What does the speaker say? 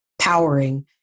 powering